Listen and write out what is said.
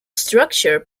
structure